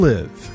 Live